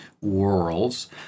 worlds